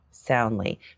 soundly